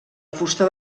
fusta